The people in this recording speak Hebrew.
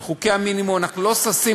של עונשי המינימום, אנחנו לא ששים,